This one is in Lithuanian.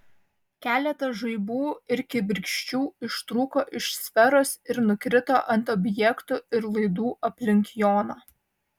keletas žaibų ir kibirkščių ištrūko iš sferos ir nukrito ant objektų ir laidų aplink joną